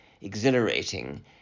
exhilarating